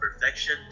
perfection